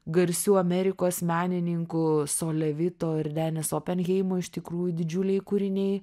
garsių amerikos menininkų sole vito ir denis openheimo iš tikrųjų didžiuliai kūriniai